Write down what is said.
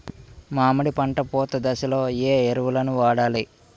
మామిడి పంట పూత దశలో ఏ ఎరువులను వాడాలి?